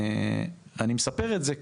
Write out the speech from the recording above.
אני מספר את זה,